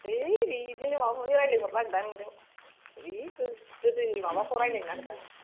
है नै बिदिनो माबा माबि रायज्लाय हरनो नागेरदों नोंजों है गोदोनि माबाखौ रायज्लायनो नागेरदां